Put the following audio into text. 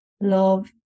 Love